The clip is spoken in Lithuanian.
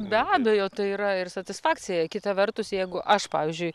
be abejo tai yra ir satisfakcija kita vertus jeigu aš pavyzdžiui